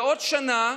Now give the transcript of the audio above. בעוד שנה,